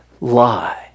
lie